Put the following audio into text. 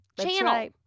channel